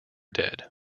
dead